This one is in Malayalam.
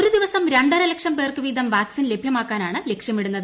ഒരു ദിവസം രണ്ടര ലക്ഷം പേർക്ക് വീതം വാക്സിൻ ലഭ്യമാക്കാനാണ് ലക്ഷ്യമിടുന്നത്